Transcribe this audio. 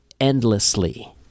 endlessly